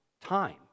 time